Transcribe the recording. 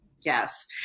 Yes